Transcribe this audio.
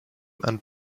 and